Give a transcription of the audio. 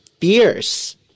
fierce